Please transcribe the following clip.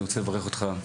אני רוצה לברך אותך,